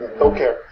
Okay